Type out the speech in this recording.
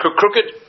crooked